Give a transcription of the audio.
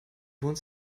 wohnen